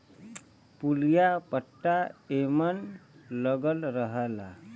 पुलिया पट्टा एमन लगल रहला